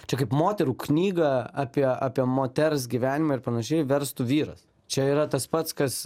čia kaip moterų knygą apie apie moters gyvenimą ir panašiai verstų vyras čia yra tas pats kas